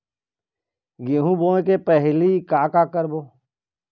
गेहूं बोए के पहेली का का करबो?